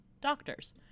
doctors